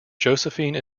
josephine